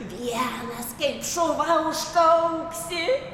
vienas kaip šuva užkauksi